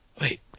wait